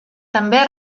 també